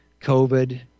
COVID